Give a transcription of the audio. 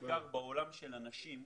בעולם של הנשים,